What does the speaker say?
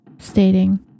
Stating